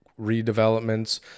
redevelopments